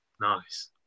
Nice